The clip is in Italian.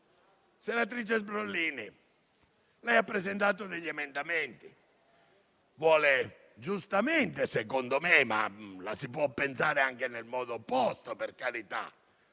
senatrice Sbrollini ha presentato degli emendamenti; giustamente, secondo me (ma la si può pensare anche nel modo opposto), dice